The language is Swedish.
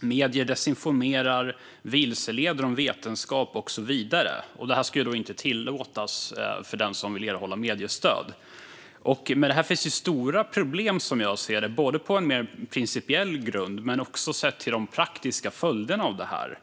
medier desinformerar, vilseleder om vetenskap och så vidare - detta ska inte tillåtas för den som vill erhålla mediestöd. Som jag ser det finns det stora problem med detta, både på mer principiell grund och sett till de praktiska följderna av det.